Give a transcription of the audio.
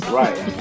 right